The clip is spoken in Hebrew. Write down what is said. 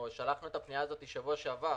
שלחנו את הפנייה הזאת בשבוע שעבר,